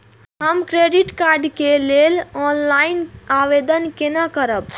हम credit card के लेल ऑनलाइन आवेदन केना करब?